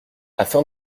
afin